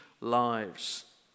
lives